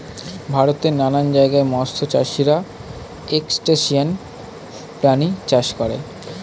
ভারতের নানান জায়গায় মৎস্য চাষীরা ক্রাসটেসিয়ান প্রাণী চাষ করে